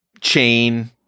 chain